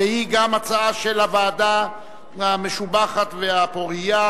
וגם היא הצעה של הוועדה המשובחת והפורייה,